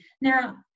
Now